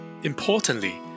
Importantly